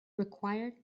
required